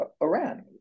Iran